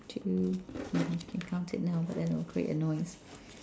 two can count it now but then it'll create a noise